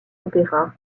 opéra